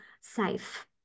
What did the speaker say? safe